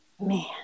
man